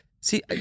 See